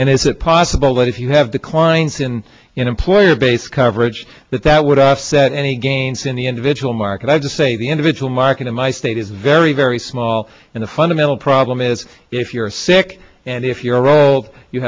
and is it possible that if you have declines in employer based coverage that that would offset any gains in the individual market i just say the individual market in my state is very very small and the fundamental problem is if you're sick and if you're old you